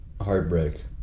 heartbreak